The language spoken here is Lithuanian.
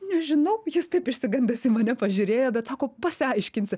nežinau jis taip išsigandęs į mane pažiūrėjo bet sako pasiaiškinsi